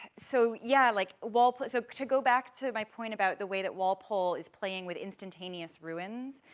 so yeah, like, walpole, so to go back to my point about the way that walpole is playing with instantaneous ruins,